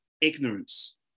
ignorance